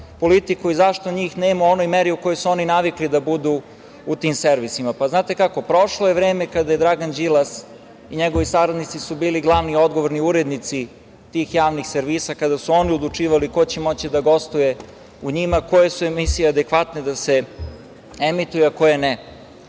i zašto njih nema u onoj meri u kojoj su oni navikli da budu u tim servisima. Znate kako, prošlo je vreme kada su Dragan Đilas i njegovi saradnici bili glavni odgovorni urednici tih javnih servisa, kada su oni odlučivali ko će moći da gostuje u njima, koje su emisije adekvatne da se emituju, a koje